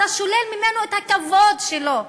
אתה שולל ממנו את הכבוד שלו,